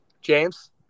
James